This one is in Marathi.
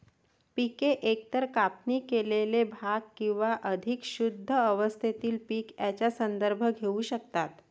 पिके एकतर कापणी केलेले भाग किंवा अधिक शुद्ध अवस्थेतील पीक यांचा संदर्भ घेऊ शकतात